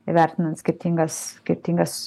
įvertinant skirtingas skirtingas